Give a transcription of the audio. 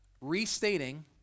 restating